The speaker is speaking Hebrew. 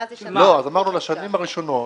מה זה שנה --- אמרנו שבשנים הראשונות,